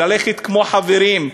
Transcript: ללכת כמו חברים,